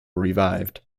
revived